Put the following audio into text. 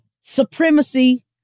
supremacy